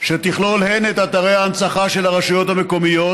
שתכלול הן את אתרי ההנצחה של הרשויות המקומיות